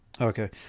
Okay